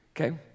okay